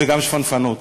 ושל שפנפנות,